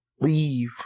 Leave